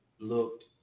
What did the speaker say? looked